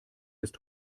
ist